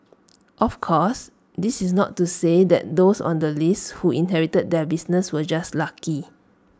of course this is not to say that those on the list who inherited their businesses were just lucky